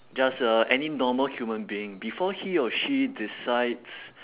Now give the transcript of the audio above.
just a any normal human being before he or she decides